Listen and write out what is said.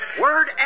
Word